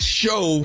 show